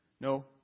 No